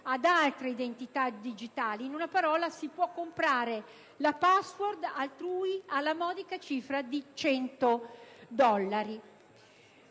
ad altre identità digitali: in una parola, si può comprare la *password* altrui alla modica cifra di 100 dollari.